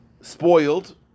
Spoiled